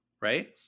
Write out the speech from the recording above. right